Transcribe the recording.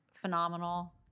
phenomenal